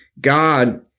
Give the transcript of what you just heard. God